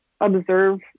observe